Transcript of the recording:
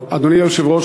אדוני היושב-ראש,